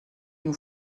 nous